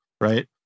Right